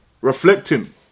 Reflecting